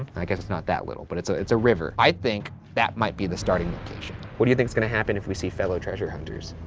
i it's not that little, but it's ah it's a river. i think that might be the starting location. what do you think's gonna happen if we see fellow treasure hunters?